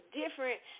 different